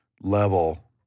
level